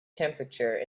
temperature